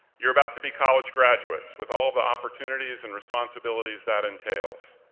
you're about to be college graduates, with all of the opportunities and responsibilities that entails.